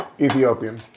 Ethiopian